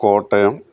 Kottayam